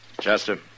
Chester